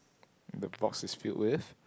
the box is filled with